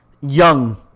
young